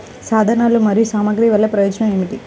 సాధనాలు మరియు సామగ్రి వల్లన ప్రయోజనం ఏమిటీ?